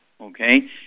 okay